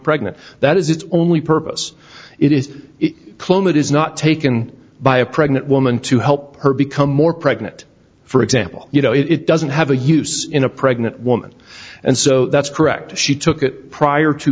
pregnant that is its only purpose it is clone it is not taken by a pregnant woman to help her become more pregnant for example you know it doesn't have a use in a pregnant woman and so that's correct she took it prior to